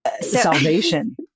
salvation